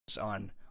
on